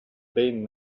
been